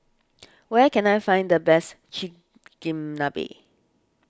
where can I find the best Chigenabe